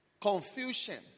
confusion